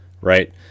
right